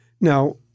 Now